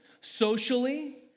socially